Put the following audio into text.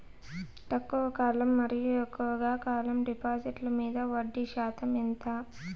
తక్కువ కాలం మరియు ఎక్కువగా కాలం డిపాజిట్లు మీద వడ్డీ శాతం ఎంత?